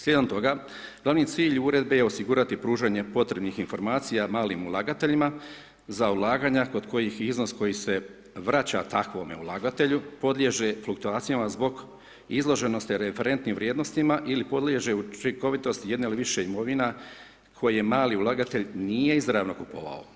Slijedom toga, gl. cilj uredbe je osigurati pružanje potrebnim informacija malim ulagatelja, za ulaganja, kod kojih je iznos koji se vraća takvome ulagatelju, podliježe fluktuacija zbog izloženosti referentnim vrijednostima ili podliježe učinkovitosti jedne ili više imovina koje je mali ulagatelj nije izravno kupovao.